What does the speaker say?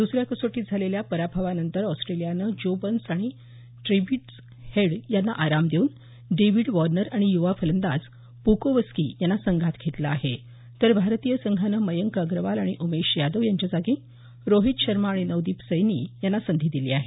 दुसऱ्या कसोटीत झालेल्या पराभवानंतर ऑस्ट्रेलियानं जो बर्न्स आणि ट्रेव्हिस हेड यांना आराम देवून डेव्हिड वॉर्नर आणि युवा फलंदाज प्कोवस्की यांना संघात घेतलं आहे तर भारतीय संघानं मयंक अग्रवाल आणि उमेश यादव यांच्या जागी रोहीत शर्मा आणि नवदीप सैनी यांना संधी दिली आहे